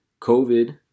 COVID